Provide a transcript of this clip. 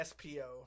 Spo